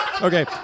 Okay